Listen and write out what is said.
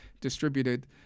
distributed